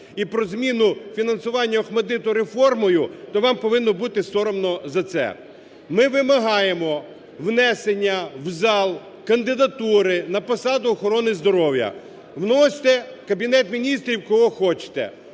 і про зміну фінансування "ОХМАТДИТ" реформою, то вам повинно бути соромно за це. Ми вимагаємо внесення в зал кандидатури на посаду охорони здоров'я. Вносьте, Кабінет Міністрів, кого хочете,